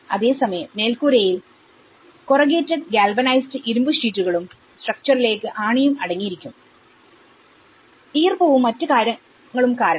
അതേസമയം മേൽക്കൂരയിൽ corrugated galvanised ഇരുമ്പ് ഷീറ്റുകളും സ്ട്രക്ചറിലേക്ക് ആണിയും അടങ്ങിയിരിക്കും ഈർപ്പവും മറ്റ് കാര്യങ്ങളും കാരണം